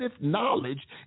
knowledge